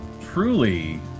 truly